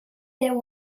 there